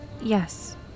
Yes